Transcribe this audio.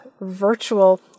virtual